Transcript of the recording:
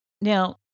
now